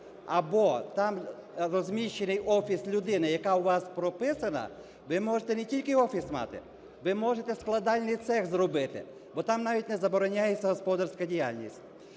або там розміщений офіс людини, яка у вас прописана, ви можете не тільки офіс мати, ви можете складальний цех зробити, бо там навіть не забороняється господарська діяльність.